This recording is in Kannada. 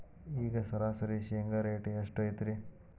ಈಗ ಸರಾಸರಿ ಶೇಂಗಾ ರೇಟ್ ಎಷ್ಟು ಐತ್ರಿ?